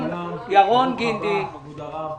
שלום, ברוך הבא כבוד הרב.